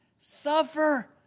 suffer